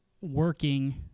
working